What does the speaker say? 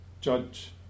judge